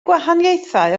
gwahaniaethau